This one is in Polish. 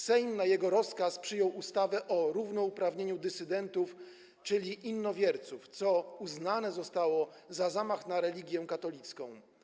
Sejm na jego rozkaz przyjął ustawę o równouprawnieniu dysydentów, czyli innowierców, co uznane zostało za zamach na religię katolicką.